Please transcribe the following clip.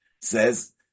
says